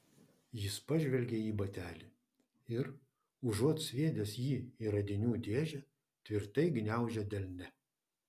jis pažvelgė į batelį ir užuot sviedęs jį į radinių dėžę tvirtai gniaužė delne